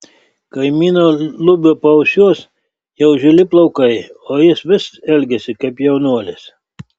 kaimyno lubio paausiuos jau žili plaukai o jis vis elgiasi kaip jaunuolis